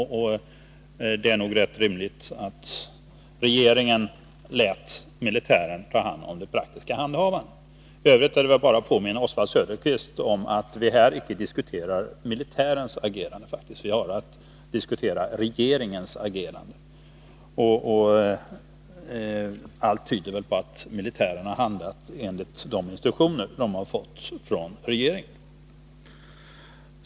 Och det var nog rätt rimligt att regeringen lät militären sköta det praktiska handhavandet av affären. I övrigt vill jag bara påminna Oswald Söderqvist om att vi här inte diskuterar militärens utan regeringens agerande. Allt tyder på att militären har handlat Nr 145 enligt de instruktioner som den har fått från regeringen.